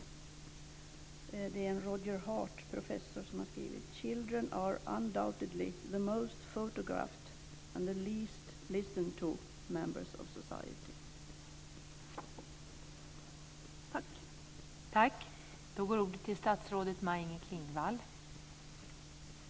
Det är en professor Roger Hart som har skrivit det: